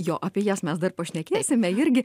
jo apie jas mes dar pašnekėsime irgi